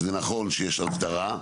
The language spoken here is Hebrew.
שזה נכון שיש הסדרה.